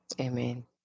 Amen